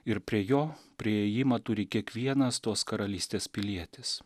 ir prie jo priėjimą turi kiekvienas tos karalystės pilietis